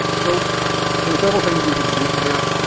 so there are several things you can do from here.